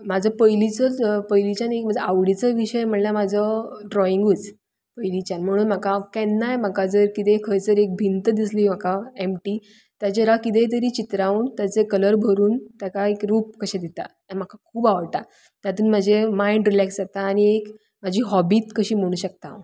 म्हजो पयलींचो पयलींच्यान एक आवडीचो विशय म्हणल्यार म्हजो ड्रोइंगूच पयलींच्यान म्हणून म्हाका हांव केन्नाय म्हाका जर कितें खंयसर एक भिंत दिसली एमटी ताजेर हांव किदेय तरी चित्रावून ताजेर कलर भरून ताका एक रूप कशें दिता आनी म्हाका खूब आवडटा तातूंत म्हजे मायंड रिलेक्स जाता आनी एक म्हजी हॉबीत कशी म्हणूंक शकता हांव